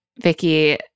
Vicky